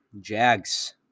Jags